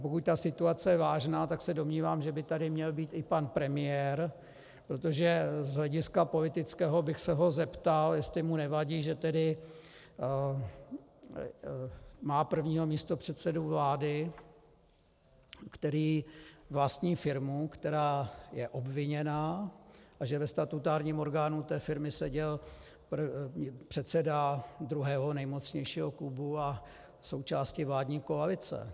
Pokud ta situace je vážná, tak se domnívám, že by tady měl být i pan premiér, protože z hlediska politického bych se ho zeptal, jestli mu nevadí, že tedy má prvního místopředsedu vlády, který vlastní firmu, která je obviněna, a že ve statutárním orgánu té firmy seděl předseda druhého nejmocnějšího klubu a součásti vládní koalice.